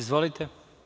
Izvolite.